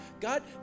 God